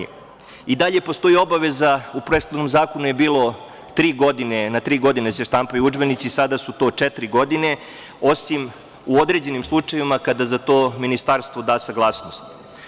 I dalje postoji obaveza, u prethodnom zakonu je bilo tri godine, na tri godine se štampaju udžbenici, sada su to četiri godine, osim u određenim slučajevima kada za to Ministarstvo da saglasnost.